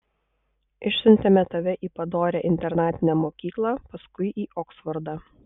išsiuntėme tave į padorią internatinę mokyklą paskui į oksfordą